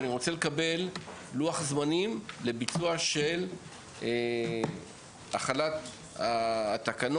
ואני רוצה לקבל לוח זמנים לביצוע של החלת התקנות,